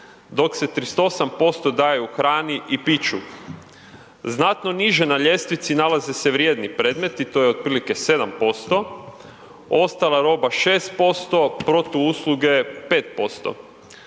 dok se 38% daje u hrani i piću. Znatno niže na ljestvici nalaze se vrijedni premeti, to je otprilike 7%, ostala roba 6%, protuusluge 5%